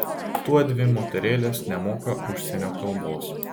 tuodvi moterėlės nemoka užsienio kalbos